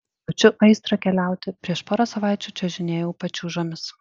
jaučiu aistrą keliauti prieš porą savaičių čiuožinėjau pačiūžomis